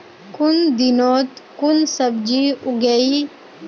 कुन दिनोत कुन सब्जी उगेई?